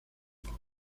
grupo